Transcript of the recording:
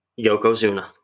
Yokozuna